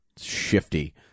shifty